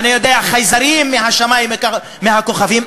חייזרים מהשמים ומהכוכבים.